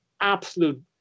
absolute